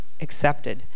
accepted